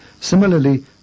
Similarly